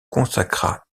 consacra